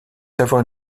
avoir